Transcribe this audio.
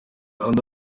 kanda